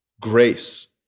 grace